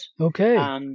Okay